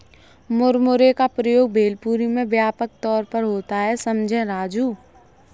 मुरमुरे का प्रयोग भेलपुरी में व्यापक तौर पर होता है समझे राजू